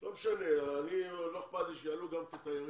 לא אכפת לי שיעלו גם כתיירים.